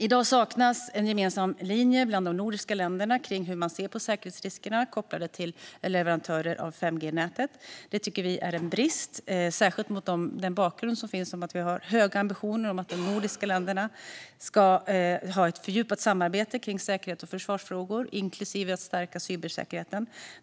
I dag saknas en gemensam linje bland de nordiska länderna om hur man ser på säkerhetsriskerna kopplade till leverantörer av 5G-nätet. Det tycker vi är en brist, särskilt mot bakgrund av att vi har höga ambitioner att de nordiska länderna ska ha ett fördjupat samarbete om säkerhets och försvarsfrågor inklusive att stärka cybersäkerheten.